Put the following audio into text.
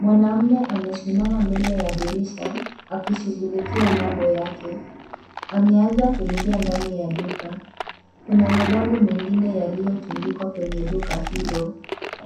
Mwanamume amesimama mbele ya dirisha akishughulikia mambo yake. Ameweza kuingia ndani ya duka. Kuna mabango mengine yaloyotundikwa kwenye duka hilo.